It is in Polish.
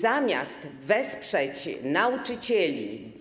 Zamiast wesprzeć nauczycieli